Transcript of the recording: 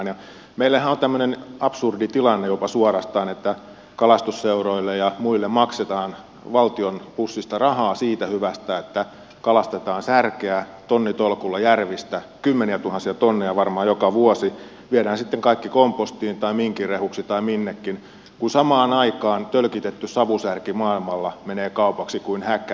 meillähän on jopa tämmöinen absurdi tilanne suorastaan että kalastusseuroille ja muille maksetaan valtion pussista rahaa siitä hyvästä että kalastetaan särkeä tonnitolkulla järvistä kymmeniätuhansia tonneja varmaan joka vuosi viedään sitten kaikki kompostiin tai minkinrehuksi tai minnekin kun samaan aikaan tölkitetty savusärki maailmalla menee kaupaksi kuin häkä